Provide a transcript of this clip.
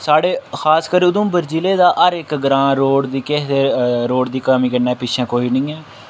साढ़े खासकर उधमपुर जि'ले दा हर इक ग्रांऽ रोड दी केह् आखदे रोड दी कमी कन्नै पिच्छै कोई नेईं ऐ